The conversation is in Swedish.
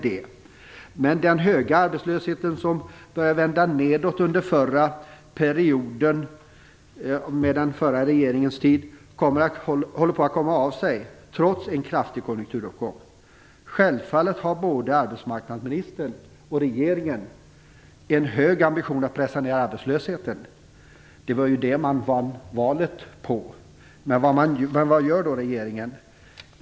Men minskningen av arbetslösheten - den började vända nedåt under den förra regeringens tid - håller nu på att komma av sig trots en kraftig konjunkturuppgång. Men självfallet har både arbetsmarknadsministern och regeringen en hög ambition att pressa ned arbetslösheten - det var ju det socialdemokraterna vann valet på. Vad gör då regeringen?